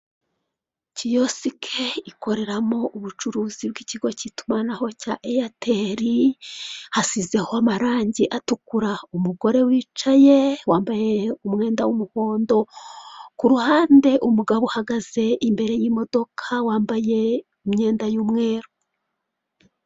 Kiyosike ikoreramo ubucuruzi bw'ikigo cy'itumanaho cya aitel hasizeho amarange atukura. Umugore wicaye wambaye umwenda y'umuhondo, ku ruhande umugabo uhagaze imbere y'imodoka wambaye imyenda y'umweru.